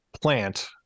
plant